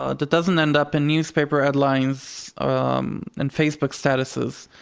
ah that doesn't end up in newspaper headlines um and facebook statuses,